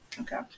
Okay